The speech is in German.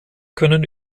können